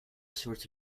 sorts